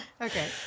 Okay